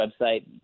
website